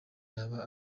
yaba